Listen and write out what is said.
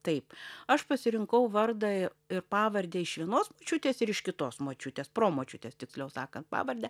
taip aš pasirinkau vardą ir pavardę iš vienos močiutės ir iš kitos močiutės promočiutės tiksliau sakant pavardę